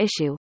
issue